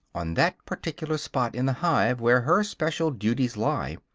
on that particular spot in the hive where her special duties lie.